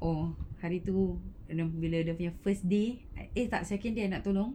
orh hari itu apabila dia punya first day eh tak second day I nak tolong